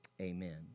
amen